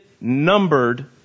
numbered